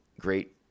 great